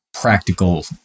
practical